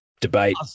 debate